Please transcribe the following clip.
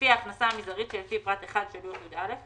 לפי ההכנסה המזערית שלפי פרטי 1 של לוח י"א,